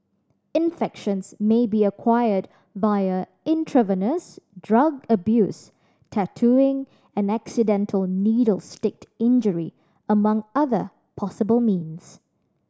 infections may be acquired via intravenous drug abuse tattooing and accidental needle stick injury among other possible means